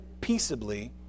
peaceably